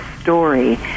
story